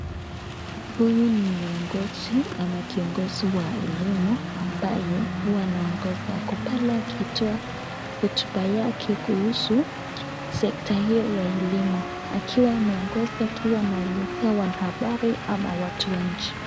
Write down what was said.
Huyu ni uongozi ama kiongozi wa elimu ambaye huwa anaongoza. Ako pale akitoa hotuba yake kuhusu sekta hiyo ya elimu akiwa ameongoza akiwa anaelezea wanahabari ama watu wa nchi.